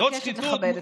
בסדר גמור.